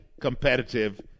competitive